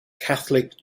catholic